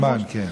מזמן, כן.